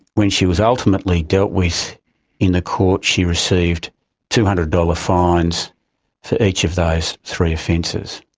when she was ultimately dealt with in the court she received two hundred dollars fines for each of those three offences.